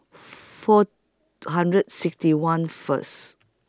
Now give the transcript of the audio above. four hundred sixty one First